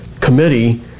committee